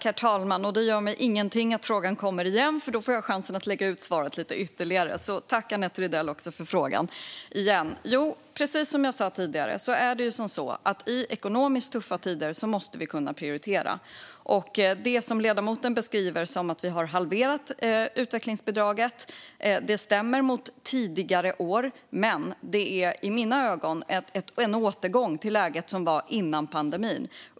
Herr talman! Det gör mig ingenting att frågan kommer igen, för det ger mig chansen att lägga ut texten lite. Tack, alltså, för frågan - igen - Annette Rydell! Precis som jag sa tidigare måste vi kunna prioritera i ekonomiskt tuffa tider. Det ledamoten beskriver som att vi har halverat utvecklingsbidraget stämmer jämfört med tidigare år, men det är i mina ögon en återgång till läget som det var före pandemin.